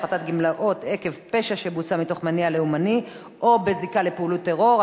(הפחתת גמלאות עקב פשע שבוצע מתוך מניע לאומני או בזיקה לפעילות טרור),